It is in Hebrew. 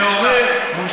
אתה בא לכאן ואומר: מושחתים,